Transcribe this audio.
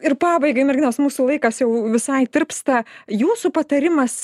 ir pabaigai merginos mūsų laikas jau visai tirpsta jūsų patarimas